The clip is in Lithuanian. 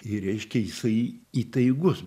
ir reiškia jisai įtaigus